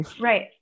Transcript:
right